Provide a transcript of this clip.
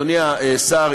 אדוני השר,